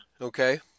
okay